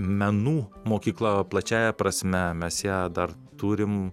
menų mokykla plačiąja prasme mes ją dar turim